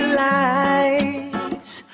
lights